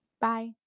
Bye